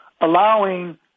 allowing